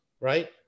Right